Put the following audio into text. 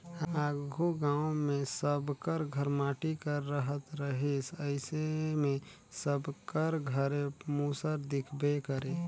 आघु गाँव मे सब कर घर माटी कर रहत रहिस अइसे मे सबकर घरे मूसर दिखबे करे